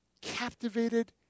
captivated